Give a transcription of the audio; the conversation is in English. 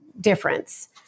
difference